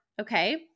okay